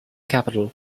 capital